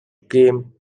game